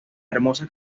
hermosa